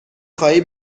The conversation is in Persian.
خواهی